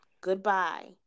Goodbye